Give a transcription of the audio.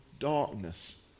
darkness